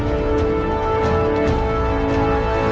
or